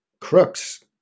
crooks